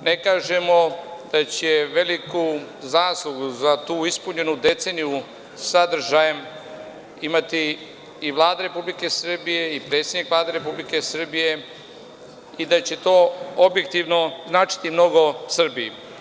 ne kažemo da će veliku zaslugu za tu ispunjenu deceniju sadržajem imati i Vlada Republike Srbije i predsednik Vlade Republike Srbije i da će to objektivno značiti mnogo Srbiji.